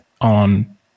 on